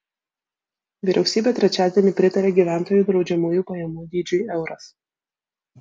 vyriausybė trečiadienį pritarė gyventojų draudžiamųjų pajamų dydžiui euras